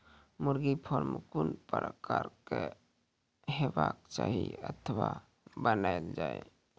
मुर्गा फार्म कून प्रकारक हेवाक चाही अथवा बनेल जाये?